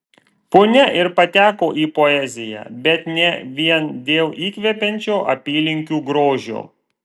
punia ir pateko į poeziją bet ne vien dėl įkvepiančio apylinkių grožio